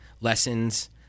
lessons